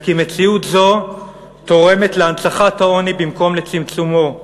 וכי מציאות זו תורמת להנצחת העוני במקום לצמצומו.